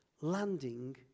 landing